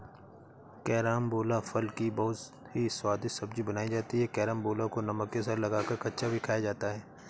carambola फल की बहुत ही स्वादिष्ट सब्जी बनाई जाती है कैरमबोला को नमक के साथ लगाकर कच्चा भी खाया जाता है